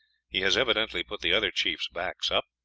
he has evidently put the other chiefs' backs up,